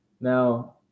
now